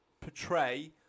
portray